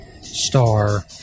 star